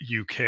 UK